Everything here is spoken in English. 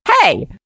hey